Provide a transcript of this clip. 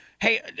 Hey